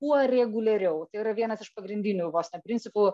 kuo reguliariau tai yra vienas iš pagrindinių vos ne principų